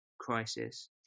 crisis